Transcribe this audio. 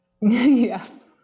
Yes